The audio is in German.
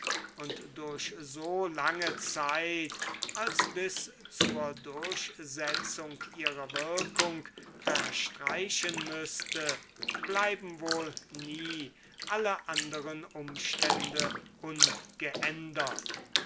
und durch so lang zeit als bis zur durchsetzung ihrer wirkung verstreichen müßte bleiben wohl nie alle anderen umstände ungeändert